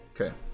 Okay